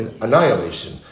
Annihilation